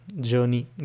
journey